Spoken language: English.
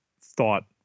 thought